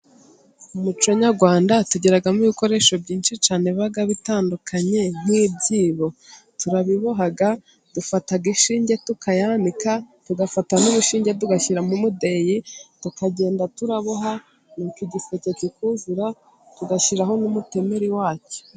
Mu muco nyarwanda tugiramo ibikoresho byinshi cyane biba bitandukanye, nk'ibyibo turabiboha, dufata inshinge tukayanika, tugafata n'urushinge tugashyiramo umudeyi, tukagenda tuboha, nuko igiseke kikuzura tugashyiraho n'umutemeri wacyo